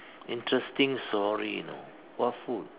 interesting story you know what food